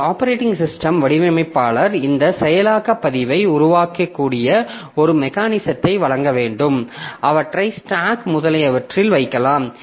ஒரு operating system வடிவமைப்பாளர் இந்த செயலாக்க பதிவை உருவாக்கக்கூடிய ஒரு மெக்கானிசத்தை வழங்க வேண்டும் அவற்றை ஸ்டாக் முதலியவற்றில் வைக்கலாம்